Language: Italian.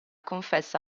confessa